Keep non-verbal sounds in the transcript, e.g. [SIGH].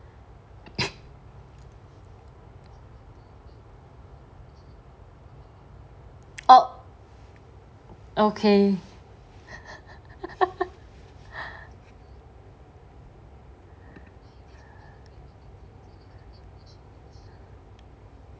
[LAUGHS] oh okay